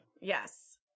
Yes